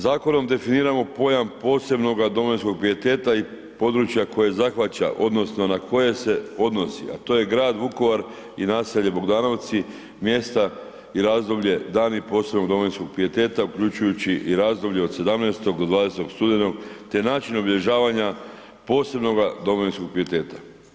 Zakonom definiramo pojam posebnoga domovinskoga pijeteta i područja koja zahvaća odnosno na koje se odnosi, a to je grad Vukovar i naselje Bogdanovci, mjesta i razdoblje, dani posebnog domovinskog pijeteta, uključujući i razdoblje od 17.-20. studenoga te način obilježavanja posebnoga domovinskoga pijeteta.